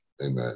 Amen